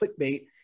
Clickbait